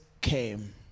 came